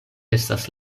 estas